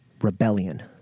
rebellion